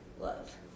love